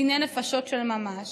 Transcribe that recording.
אלו דיני נפשות של ממש.